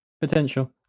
Potential